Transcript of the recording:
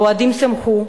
האוהדים שמחו,